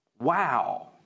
wow